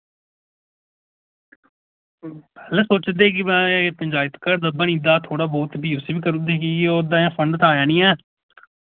अस सोचा दे कि माए पंचायत घर दा बनी दा थोह्ड़ा बहुत बी उसी बी करुदे हे की कि ओह्दा अजें फंड ते आया नि ऐ